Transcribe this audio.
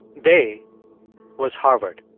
they was harvard.